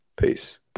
Peace